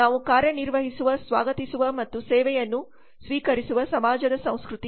ನಾವು ಕಾರ್ಯನಿರ್ವಹಿಸುವ ಸ್ವಾಗತಿಸುವ ಮತ್ತು ಸೇವೆಯನ್ನು ಸ್ವೀಕರಿಸುವ ಸಮಾಜದ ಸಂಸ್ಕೃತಿ